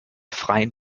freien